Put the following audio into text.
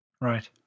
Right